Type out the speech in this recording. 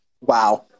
wow